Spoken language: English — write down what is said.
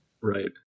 right